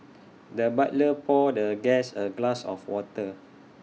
the butler poured the guest A glass of water